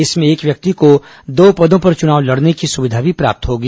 इसमें एक व्यक्ति को दो पदों पर चुनाव लड़ने की सुविधा भी प्राप्त होगी